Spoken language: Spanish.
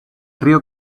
río